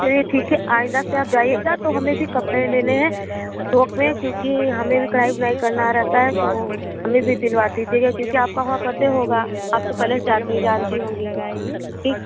चलिए ठीक है आईंदा से आप जाइएगा तो हमें भी कपड़े लेने हैं वहाँ पर क्योंकि हमें भी कढ़ाई बुनाई करना रहता है तो हमें भी दिलवा दीजिएगा क्योंकि आप को वहाँ पता ही होगा आप तो पहले से जाती जानती होंगी ठीक